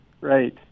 Right